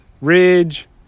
Ridge